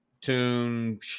tune